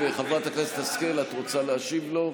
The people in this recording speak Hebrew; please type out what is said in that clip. חברת הכנסת השכל, את רוצה להשיב לו?